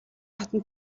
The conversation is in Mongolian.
хатан